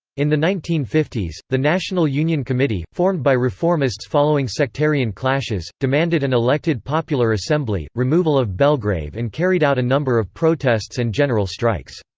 in the nineteen fifty s, the national union committee, formed by reformists following sectarian clashes, demanded an elected popular assembly, removal of belgrave and carried out a number of protests and general strikes.